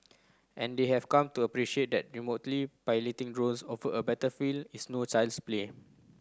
and they have come to appreciate that remotely piloting drones over a battlefield is no child's play